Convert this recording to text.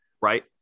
right